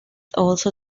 also